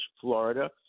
Florida